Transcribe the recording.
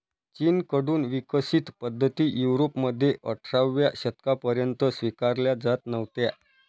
चीन कडून विकसित पद्धती युरोपमध्ये अठराव्या शतकापर्यंत स्वीकारल्या जात नव्हत्या